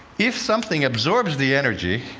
if something absorbs the energy,